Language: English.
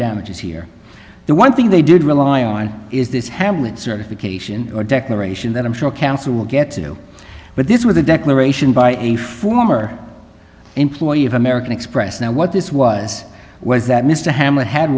damages here the one thing they did rely on is this hamlet certification or declaration that i'm sure counsel will get through but this was a declaration by a former employee of american express and what this was was that mr hamlin had